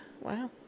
Wow